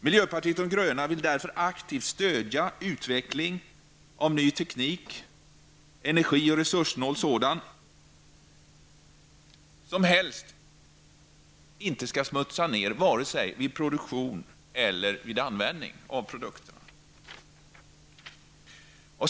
Miljöpartiet de gröna vill därför aktivt stödja utveckling av ny teknik, som är energi och resurssnål och som helst inte smutsar ner vare sig vid produktion eller vid användning av produkterna.